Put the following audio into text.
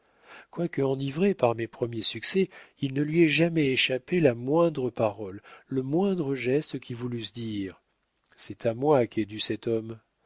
quoique enivré par mes premiers succès il ne lui est jamais échappé la moindre parole le moindre geste qui voulussent dire c'est à moi qu'est dû cet homme